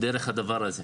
דרך הדבר הזה.